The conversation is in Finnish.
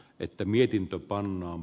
että mietintö pannaan